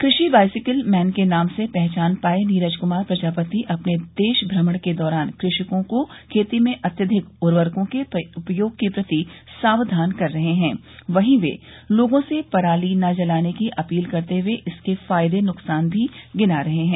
कृषि bicycle man के नाम से पहचान पाये नीरज कुमार प्रजापति अपने देश भ्रमण के दौरान कृषकों को खेती में अत्यधिक उर्वरकों के उपयोग के प्रति साक्धान कर रहे हैं वहीं वे लोगों से पराली न जलाने की अपील करते हुए इसके फायदे नुकसान भी गिना रहे हैं